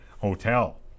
hotel